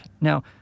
now